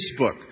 Facebook